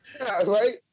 right